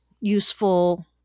useful